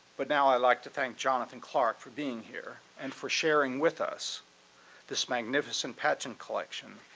but now i'd like to thank jonathan clark for being here, and for sharing with us this magnificent patchen collection.